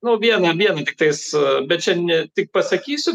nuo vieni vieni tiktais bet čia ne tik pasakysiu